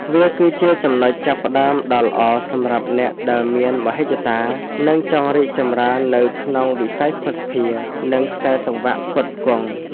វាគឺជាចំណុចចាប់ផ្តើមដ៏ល្អសម្រាប់អ្នកដែលមានមហិច្ឆតា និងចង់រីកចម្រើននៅក្នុងវិស័យភស្តុភារ និងខ្សែសង្វាក់ផ្គត់ផ្គង់។